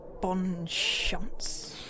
Bonchance